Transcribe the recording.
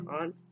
on